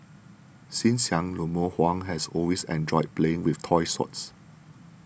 since young Lemuel Huang has always enjoyed playing with toy swords